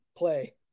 play